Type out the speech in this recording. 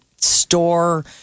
store